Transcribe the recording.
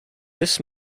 this